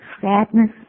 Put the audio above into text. sadness